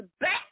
back